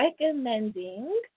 recommending